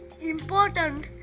important